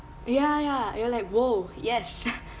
ya ya you're like !whoa! yes